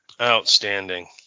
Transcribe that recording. outstanding